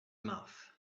mouth